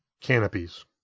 canopies